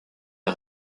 est